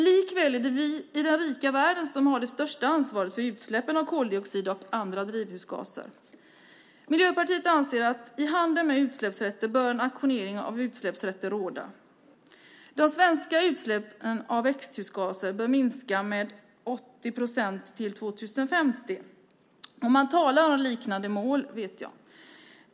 Likväl är det vi i den rika världen som har det största ansvaret för utsläppen av koldioxid och andra drivhusgaser. Miljöpartiet anser att i handeln med utsläppsrätter bör en auktionering av utsläppsrätter råda. De svenska utsläppen av växthusgaser bör minska med 80 procent till 2050. Och man talar om liknande mål, vet jag.